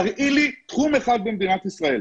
תראי לי תחום אחד במדינת ישראל,